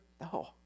no